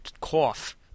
cough